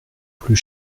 plus